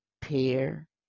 pair